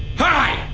hi